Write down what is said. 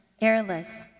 airless